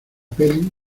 peli